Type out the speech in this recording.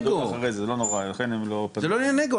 זה לא עניין אגו,